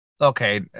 Okay